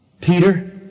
Peter